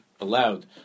allowed